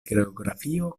geografio